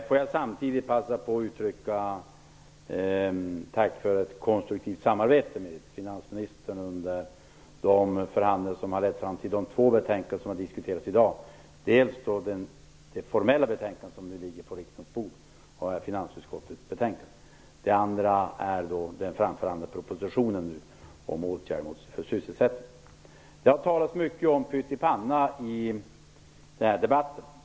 Jag vill samtidigt passa på att uttrycka tack för ett konstruktivt samarbete med finansministern under de förhandlingar som har lett fram till de två betänkanden som diskuteras i dag, dels det formella betänkande från finansutskottet som ligger på riksdagens bord, dels den framförhandlade propositionen om åtgärder för sysselsättning. Det har talats mycket om pyttipanna i debatten.